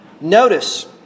Notice